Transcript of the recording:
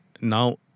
Now